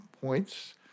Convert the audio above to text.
points